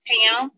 Pam